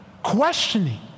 questioning